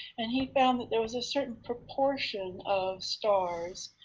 and he found that there was a certain proportion of stars